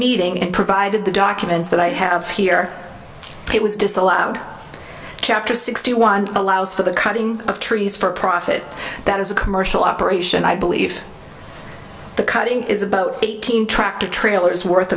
meeting and provided the documents that i have here it was disallowed chapter sixty one allows for the cutting of trees for profit that is a commercial operation i believe the cutting is about eighteen tractor trailers worth